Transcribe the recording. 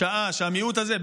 בשעה שהמיעוט הזה,